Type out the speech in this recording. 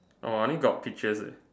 oh I only got peaches leh